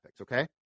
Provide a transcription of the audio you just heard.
okay